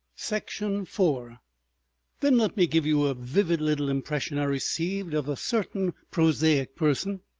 section four then let me give you a vivid little impression i received of a certain prosaic person,